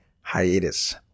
Hiatus